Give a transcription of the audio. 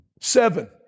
Seven